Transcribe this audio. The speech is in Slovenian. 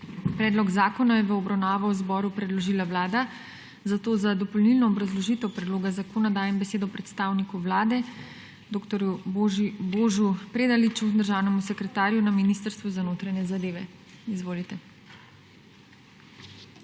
Predlog zakona je v obravnavo zboru predložila Vlada. Za dopolnilno obrazložitev predloga zakona dajem besedo predstavniku Vlade, državnemu sekretarju na Ministrstvu za notranje zadeve dr.